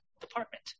department